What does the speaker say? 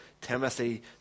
Timothy